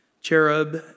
Cherub